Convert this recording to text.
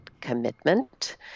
commitment